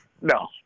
No